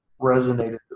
resonated